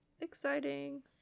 exciting